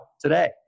today